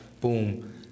boom